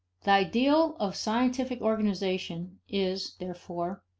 the ideal of scientific organization is, therefore,